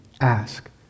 ask